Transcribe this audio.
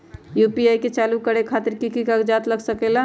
UPI के चालु करे खातीर कि की कागज़ात लग सकेला?